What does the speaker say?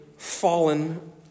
fallen